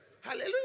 hallelujah